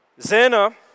Zena